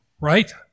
right